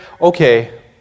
Okay